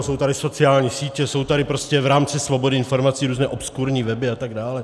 Jsou tady sociální sítě, jsou tady prostě v rámci svobody informací různé obskurní weby a tak dále.